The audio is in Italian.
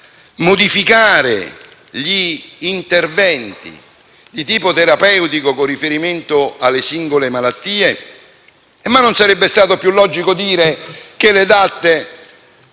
modificare gli interventi di tipo terapeutico con riferimento alle singole malattie, non sarebbe stato più logico dire che le DAT